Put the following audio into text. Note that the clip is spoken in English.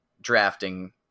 drafting